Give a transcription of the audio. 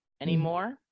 anymore